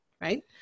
right